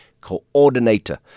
coordinator